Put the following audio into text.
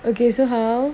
okay so how